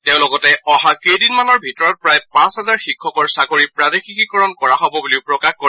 তেওঁ লগতে অহা কেইদিনমানৰ ভিতৰত প্ৰায় পাঁচ হাজাৰ শিক্ষকৰ চাকৰি প্ৰাদেশিকীকৰণ কৰা হ'ব বুলিও তেওঁ প্ৰকাশ কৰে